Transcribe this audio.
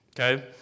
Okay